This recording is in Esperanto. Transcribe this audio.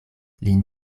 lin